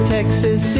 Texas